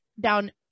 down